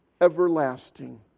everlasting